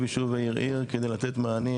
אנחנו עוברים יישוב יישוב ועיר עיר כדי לתת מענים.